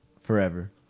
Forever